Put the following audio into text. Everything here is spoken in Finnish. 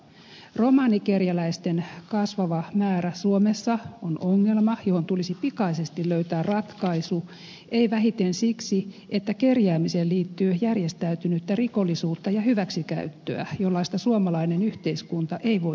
romanikerjäläisten kasvava määrä suomessa on ongelma johon tulisi pikaisesti löytää ratkaisu ei vähiten siksi että kerjäämiseen liittyy järjestäytynyttä rikollisuutta ja hyväksikäyttöä jollaista suomalainen yhteiskunta ei voi hyväksyä